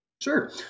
Sure